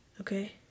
okay